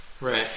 Right